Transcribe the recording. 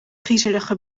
griezelige